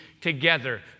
together